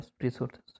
resources